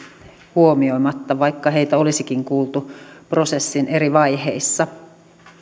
huomioimatta vaikka heitä olisikin kuultu prosessin eri vaiheissa